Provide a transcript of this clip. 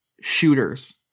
Shooters